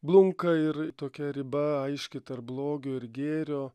blunka ir tokia riba aiški tarp blogio ir gėrio